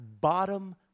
bottom